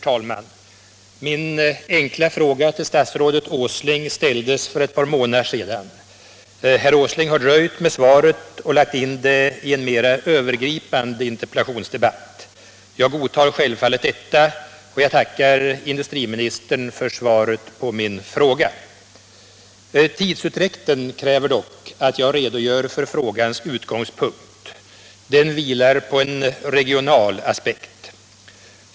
Herr talman! Min fråga till statsrådet Åsling ställdes för ett par månader sedan. Herr Åsling har dröjt med svaret och lagt in det i en mera övergripande interpellationsdebatt. Jag godtar självfallet detta och jag tackar industriministern för svaret på min fråga. Tidsutdräkten kräver dock att jag redogör för frågans utgångspunkt. Den vilar på en regional aspekt.